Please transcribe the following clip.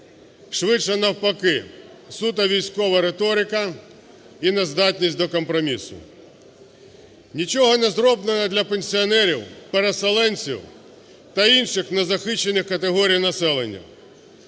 швидше навпаки – суто військова риторика і нездатність до компромісу. Нічого не зроблено для пенсіонерів, переселенців та інших незахищених категорій населення.